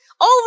over